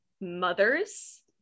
mothers